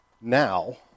Now